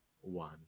one